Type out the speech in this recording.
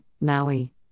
Maui